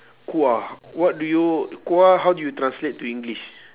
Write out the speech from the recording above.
kuah what do you kuah how do you translate to english